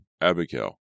Abigail